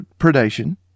predation